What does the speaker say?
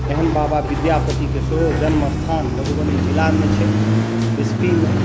एहन बाबा विद्यापतिके सेहो जन्म स्थान सेहो मधुबनी जिलामे छै बिस्फीमे